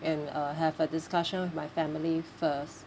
and uh have a discussion with my family first